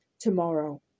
Tomorrow